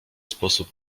sposób